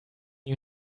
you